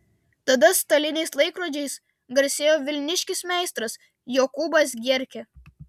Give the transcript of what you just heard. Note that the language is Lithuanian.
tada staliniais laikrodžiais garsėjo vilniškis meistras jokūbas gierkė